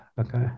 Okay